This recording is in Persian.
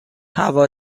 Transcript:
هوا